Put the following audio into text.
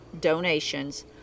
donations